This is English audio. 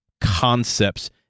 concepts